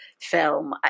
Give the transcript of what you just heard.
film